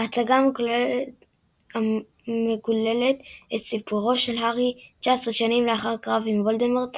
ההצגה מגוללת את סיפורו של הארי 19 שנים לאחר הקרב עם וולדמורט